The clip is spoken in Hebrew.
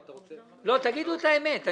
בבקשה, ותגידו את האמת.